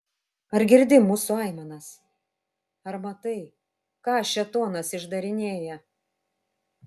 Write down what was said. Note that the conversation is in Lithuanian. ar girdi mūsų aimanas ar matai ką šėtonas išdarinėja